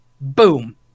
Boom